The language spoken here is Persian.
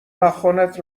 ناخنت